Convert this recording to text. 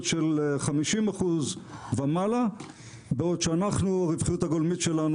של 50% ומעלה בעוד שאנחנו הרווחיות הגולמית שלנו